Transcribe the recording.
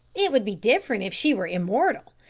it would be different if she were immortal.